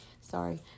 sorry